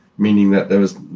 meaning that there was